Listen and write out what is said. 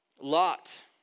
Lot